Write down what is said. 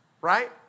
Right